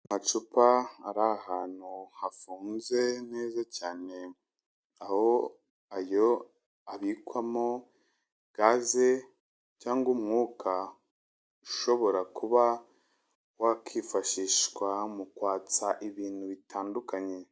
Amacupa ari ahantu hafunze neza cyane, aho ayo abikwamo gaze cyangwa umwuka ushobora kuba wakwifashishwa mu kwatsa ibintu bitandukanye.